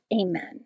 Amen